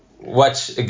watch